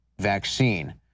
vaccine